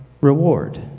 reward